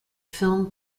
film